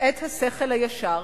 את השכל הישר,